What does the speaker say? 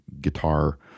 guitar